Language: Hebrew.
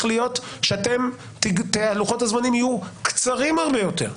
להיות שלוחות הזמנים יהיו קצרים הרבה יותר.